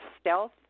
stealth